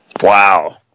Wow